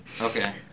Okay